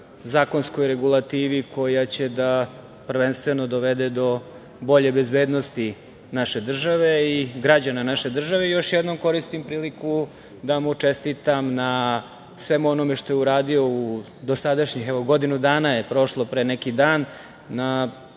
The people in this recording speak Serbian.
zakonskoj regulativi koja će da, prvenstveno, dovede do bolje bezbednosti naše države i građana naše države. Još jednom koristim priliku da mu čestitam na svemu onome što je uradio u dosadašnjih, evo godinu dana je prošlo pre neki dan, na